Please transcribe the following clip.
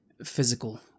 physical